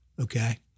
okay